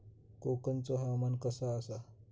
कोकनचो हवामान कसा आसा?